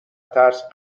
ترس